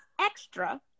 extra